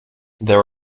there